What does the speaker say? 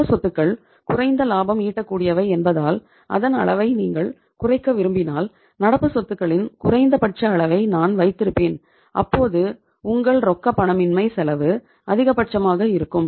நடப்பு சொத்துகள் குறைந்த லாபம் ஈட்டக்கூடியவை என்பதால் அதன் அளவை நீங்கள் குறைக்க விரும்பினால் நடப்பு சொத்துகளின் குறைந்தபட்ச அளவை நான் வைத்திருப்பேன் அப்போது உங்கள் ரொக்கப்பணமின்மை செலவு அதிகபட்சமாக இருக்கும்